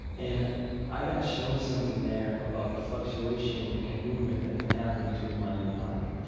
and i got shown something there about the fluctuation and movement that can happen between mind and body,